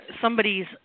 somebody's